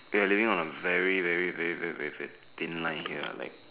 we're living on a very very very very very thin line here like